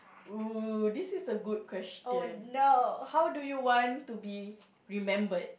oh this is a good question how do you want to be remembered